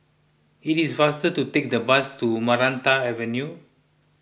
it is faster to take the bus to Maranta Avenue